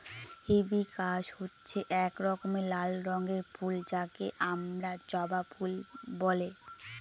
hibiscus হচ্ছে এক রকমের লাল রঙের ফুল যাকে আমরা জবা ফুল বলে